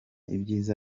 ibyiza